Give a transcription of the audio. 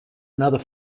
another